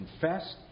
confessed